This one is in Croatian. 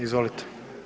Izvolite.